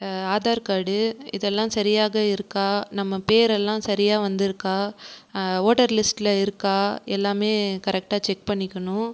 Aadhaar card இதெல்லாம் சரியாக இருக்கா நம்ம பேரெல்லாம் சரியாக வந்துருக்கா ஓட்டர் லிஸ்ட்டில் இருக்கா எல்லாமே கரெக்ட்டாக செக் பண்ணிக்கணும்